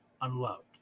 unloved